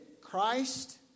Christ